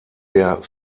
der